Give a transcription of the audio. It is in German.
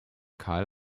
karl